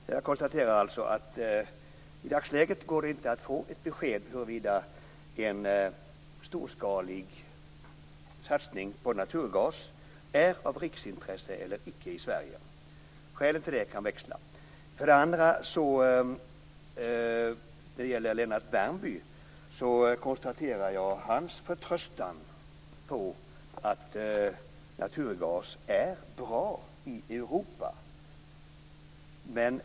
Fru talman! Jag konstaterar alltså att det i dagsläget inte går att få ett besked huruvida en storskalig satsning på naturgas är av riksintresse eller inte i Sverige. Skälen till det kan växla. När det gäller Lennart Värmby konstaterar jag hans förtröstan på att naturgas är bra i Europa.